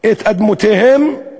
את אדמותיהם,